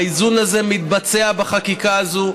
האיזון הזה מתבצע בחקיקה הזאת,